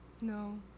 No